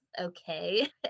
okay